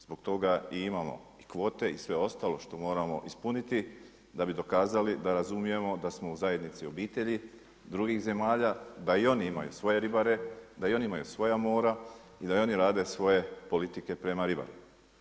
Zbog toga i imamo i kvote i sve ostalo što moramo ispuniti da bi dokazali da razumijemo da smo u zajednici obitelji drugih zemalja, da i oni imaju svoje ribare, da i oni imaju svoja mora i da i oni rade svoje politike prema ribaru.